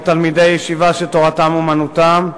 או תלמידי ישיבה שתורתם אומנותם,